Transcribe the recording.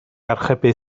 archebu